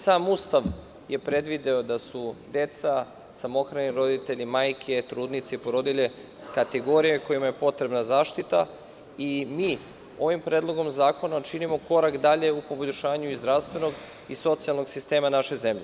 Sam Ustav je predvideo da su deca, samohrani roditelji, majke, trudnice i porodilje kategorija kojima je potrebna zaštita i mi ovim predlogom zakona činimo korak dalje u poboljšanju zdravstvenog i socijalnog sistema naše zemlje.